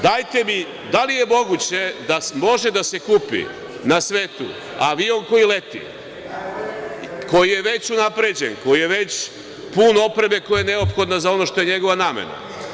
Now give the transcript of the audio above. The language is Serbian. Da li je moguće da može da se kupi na svetu avion koji leti, koji je već unapređen, koji je već pun opreme koja je neophodna za ono što je njegova namena?